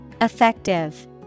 Effective